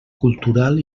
cultural